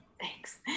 Thanks